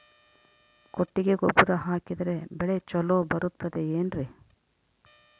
ಕೊಟ್ಟಿಗೆ ಗೊಬ್ಬರ ಹಾಕಿದರೆ ಬೆಳೆ ಚೊಲೊ ಬರುತ್ತದೆ ಏನ್ರಿ?